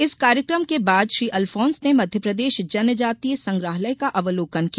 इस कार्यक्रम के बाद श्री अलफोन्स ने मध्यप्रदेश जनजातीय संग्रहालय का अवलोकन किया